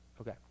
Okay